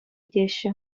теҫҫӗ